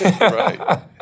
Right